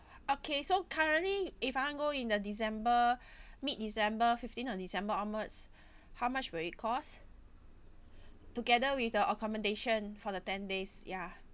okay so currently if I want go in the december mid december fifteenth of december onwards how much will it cost together with the accommodation for the ten days ya